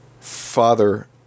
father